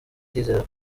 ndizera